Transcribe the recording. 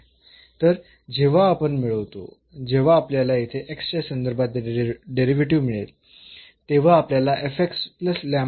तर जेव्हा आपण मिळवतो जेव्हा आपल्याला येथे च्या संदर्भात डेरिव्हेटिव्ह मिळेल तेव्हा आपल्याला मिळेल